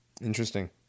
Interesting